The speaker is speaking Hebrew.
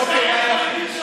לא כדאי לכם.